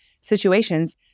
situations